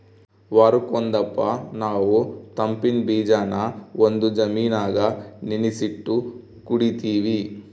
ವಾರುಕ್ ಒಂದಪ್ಪ ನಾವು ತಂಪಿನ್ ಬೀಜಾನ ಒಂದು ಜಾಮಿನಾಗ ನೆನಿಸಿಟ್ಟು ಕುಡೀತೀವಿ